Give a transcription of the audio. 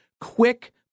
quick